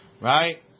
Right